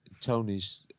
Tony's